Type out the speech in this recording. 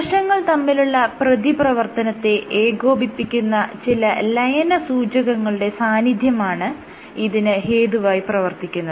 കോശങ്ങൾ തമ്മിലുള്ള പ്രതിപ്രവർത്തനത്തെ ഏകോപിപ്പിക്കുന്ന ചില ലയനസൂചകങ്ങളുടെ സാന്നിധ്യമാണ് ഇതിന് ഹേതുവായി പ്രവർത്തിക്കുന്നത്